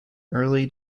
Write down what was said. early